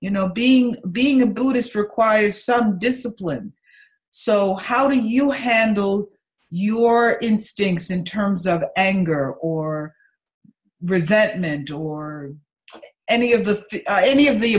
you know being being a buddhist requires some discipline so how do you handle your instincts in terms of anger or resentment door any of any of the